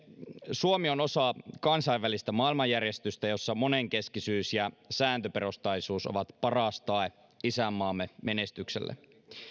suomi on osa kansainvälistä maailmanjärjestystä jossa monenkeskisyys ja sääntöperustaisuus ovat paras tae isänmaamme menestykselle